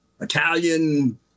Italian